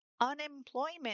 unemployment